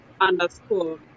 underscore